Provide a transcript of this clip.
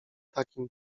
takim